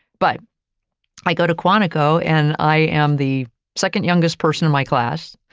but i go to quantico, and i am the second youngest person in my class,